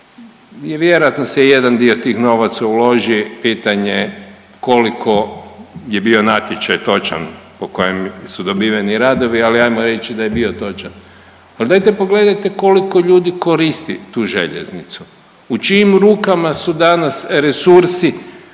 i vjerojatno se i jedan dio tih novaca uloži, pitanje koliko je bio natječaj točan po kojem su dobiveni radovi, ali ajmo reći da je bio točan, al dajte pogledajte koliko ljudi koristi tu željeznicu, u čijim rukama su danas resursi